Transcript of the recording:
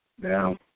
Now